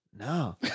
no